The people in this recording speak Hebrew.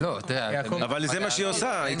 או לא יותר ממה שייקבע אי פעם בהפקעות.